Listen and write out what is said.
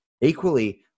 equally